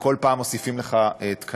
וכל פעם מוסיפים לך תקנים.